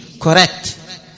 correct